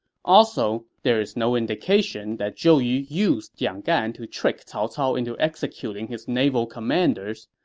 also, there is no indication that zhou yu used jiang gan to trick cao cao into executing his naval commanders.